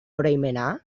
oroimena